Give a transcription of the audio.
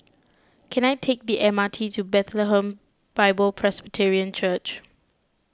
can I take the M R T to Bethlehem Bible Presbyterian Church